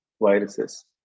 viruses